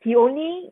he only